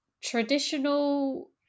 Traditional